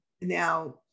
now